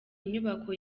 inyubako